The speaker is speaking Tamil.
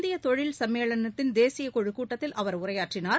இந்திய தொழில் சம்மேளனத்தின் தேசிய குழுக் கூட்டத்தில் அவர் உரையாற்றினார்